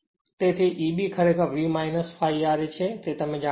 તેથી Eb ખરેખર V ∅ ra છે જે તમે જાણો છો